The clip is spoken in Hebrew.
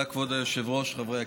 ברשות יושבת-ראש הישיבה,